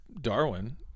Darwin